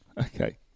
okay